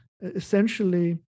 essentially